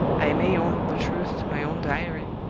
i may own the truth to my own diary!